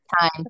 time